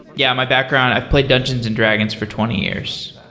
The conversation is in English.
yeah, my background, i've played dungeons and dragons for twenty years,